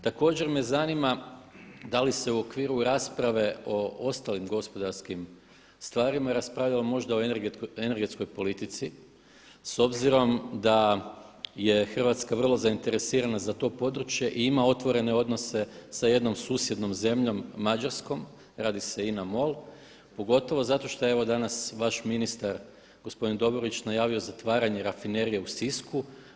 Također me zanima da li se u okviru rasprave o ostalim gospodarskim stvarima raspravljalo možda o energetskoj politici s obzirom da je Hrvatska vrlo zainteresirana za to područje i ima otvorene odnose sa jednom susjednom zemljom Mađarskom, radi se o INA MOL pogotovo zato što je evo danas vaš ministar gospodin Dobrović najavio zatvaranje rafinerije u Sisku.